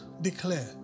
declare